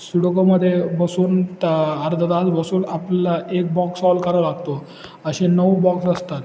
सुडोकोमध्ये बसून ता अर्धा तास बसून आपला एक बॉक्स सॉल्व करावा लागतो असे नऊ बॉक्स असतात